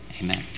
amen